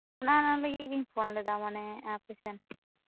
ᱚᱱᱟ ᱚᱱᱟ ᱞᱟᱹᱜᱤᱫ ᱜᱤᱧ ᱯᱷᱳᱱ ᱞᱮᱫᱟ ᱢᱟᱱᱮ ᱟᱯᱮ ᱥᱮᱱ